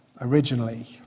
originally